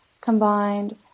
combined